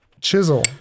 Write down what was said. Chisel